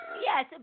Yes